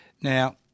Now